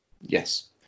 Yes